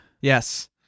yes